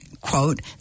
quote